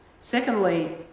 Secondly